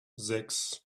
sechs